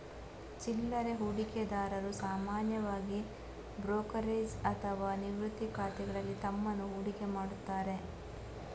ಚಿಲ್ಲರೆ ಹೂಡಿಕೆದಾರರು ಸಾಮಾನ್ಯವಾಗಿ ಬ್ರೋಕರೇಜ್ ಅಥವಾ ನಿವೃತ್ತಿ ಖಾತೆಗಳಲ್ಲಿ ತಮ್ಮನ್ನು ಹೂಡಿಕೆ ಮಾಡುತ್ತಾರೆ